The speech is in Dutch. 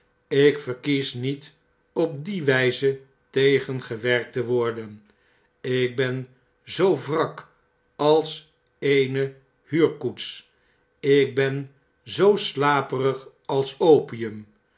ik verkies niet op die wijze tegengewerkt te worden ik ben zoo wrak als eene huurkoets ik ben zoo slaperigals opium